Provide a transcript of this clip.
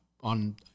on